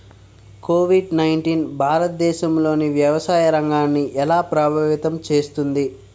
Covid nineteen భారతదేశంలోని వ్యవసాయ రంగాన్ని ఎలా ప్రభావితం చేస్తుంది?